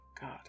God